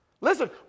Listen